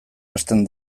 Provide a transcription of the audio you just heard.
hasten